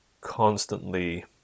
constantly